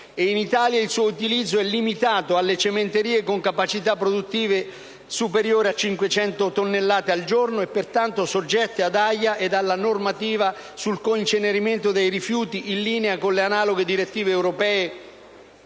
in Italia il suo utilizzo è limitato alle cementerie con capacità produttiva superiore a 500 tonnellate al giorno e pertanto soggette ad AIA e alla normativa sul coincenerimento dei rifiuti, in linea con le analoghe direttive europee.